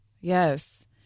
Yes